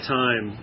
time